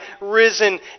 risen